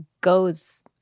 goes